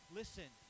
listen